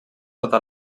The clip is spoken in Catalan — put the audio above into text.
sota